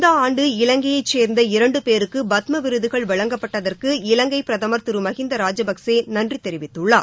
இந்த ஆண்டு இலங்கையை சேர்ந்த இரண்டு பேருக்கு பத்ம விருதுகள் வழங்கப்பட்டதற்கு இலங்கை பிரதமர் திரு மஹிந்த ராஜபக்ஷே நன்றி தெரிவித்துள்ளார்